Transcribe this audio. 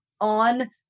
on